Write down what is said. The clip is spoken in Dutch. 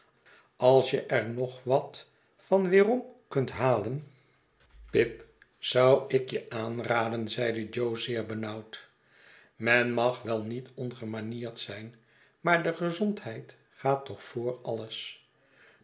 als je er nog wat van weerom kunt halen pip zou ik je dat aanraden zeide jo zeerbenauwd men mag wel niet ongemanierd zijn maar de gezondheid gaat toch voor alles